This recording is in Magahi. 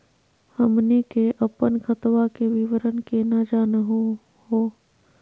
हमनी के अपन खतवा के विवरण केना जानहु हो?